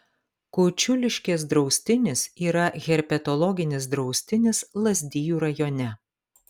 kučiuliškės draustinis yra herpetologinis draustinis lazdijų rajone